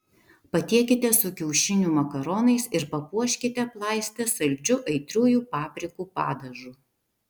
patiekite su kiaušinių makaronais ir papuoškite aplaistę saldžiu aitriųjų paprikų padažu